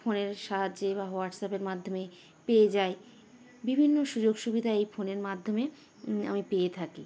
ফোনের সাহায্যে বা হোয়াটসঅ্যাপের মাধ্যমে পেয়ে যাই বিভিন্ন সুযোগ সুবিধা এই ফোনের মাধ্যমে আমি পেয়ে থাকি